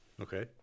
Okay